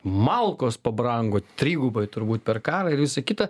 malkos pabrango trigubai turbūt per karą ir visa kita